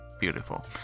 beautiful